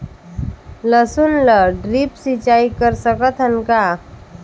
लसुन ल ड्रिप सिंचाई कर सकत हन का?